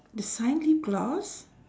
the shine lip gloss